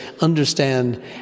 understand